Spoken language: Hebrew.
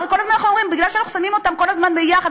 הרי כל הזמן אנחנו אומרים: מכיוון שאנחנו שמים אותם כל הזמן ביחד,